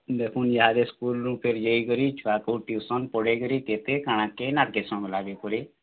ଦେଖୁନ୍ ଇହାଦେ ସ୍କୁଲ୍ ରୁ ଫେର୍ ଇଏ ହେଇକରି ଛୁଆକୁ ଟ୍ୟୁସନ୍ ପଢ଼େଇକରି କେତେ କା'ଣା କେନ୍ ଆଡ଼୍କେ ସମ୍ଭ୍ଲାବି ଖୁଡ଼ି